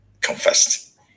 confessed